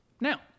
Now